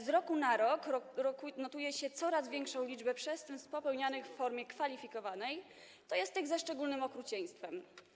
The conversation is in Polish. Z roku na rok notuje się coraz większą liczbę przestępstw popełnianych w formie kwalifikowanej, to jest tych ze szczególnym okrucieństwem.